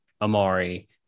Amari